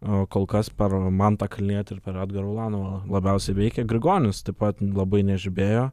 a kol kas per mantą kalnietį ir per edgarą ulanovą labiausiai veikia grigonis taip pat labai nežibėjo